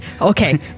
Okay